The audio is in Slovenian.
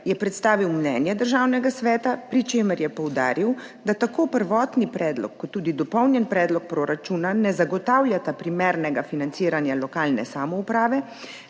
je predstavil mnenje Državnega sveta, pri čemer je poudaril, da tako prvotni predlog kot tudi dopolnjen predlog proračuna ne zagotavljata primernega financiranja lokalne samouprave,